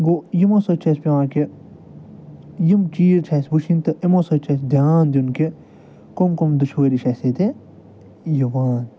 گوٚو یِمو سۭتۍ چھِ اَسہِ پٮ۪وان کہِ یِم چیٖز چھِ اَسہِ وٕچھِنۍ تہٕ یِمو سۭتۍ چھِ اَسہِ دھیان دیُن کہِ کَم کَم دُشوٲری چھِ اَسہِ ییٚتہِ یِوان